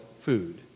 food